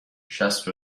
شصت